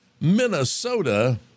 Minnesota